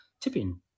tipping